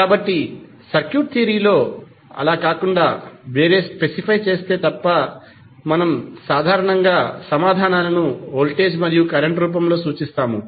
కాబట్టి circuit theory లో అలా కాకుండా వేరే స్పెసిఫై చేస్తే తప్ప మనం సాధారణంగా సమాధానాలను వోల్టేజ్ మరియు కరెంట్ రూపంలో సూచిస్తాము